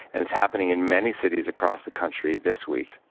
and it's happening in many cities across the country this week.